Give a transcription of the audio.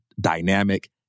dynamic